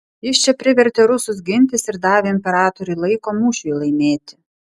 jis čia privertė rusus gintis ir davė imperatoriui laiko mūšiui laimėti